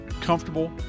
Comfortable